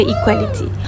Equality